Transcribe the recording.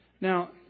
Now